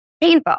painful